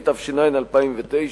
התש"ע 2009,